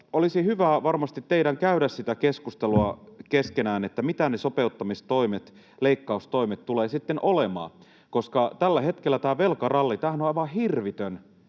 olisi hyvä varmasti teidän käydä keskenänne sitä keskustelua, mitä ne sopeuttamistoimet, leikkaustoimet tulevat sitten olemaan, koska tällä hetkellä tämä velkaralli, tämähän on aivan hirvitön,